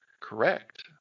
correct